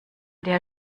der